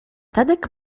tadek